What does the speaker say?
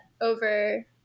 over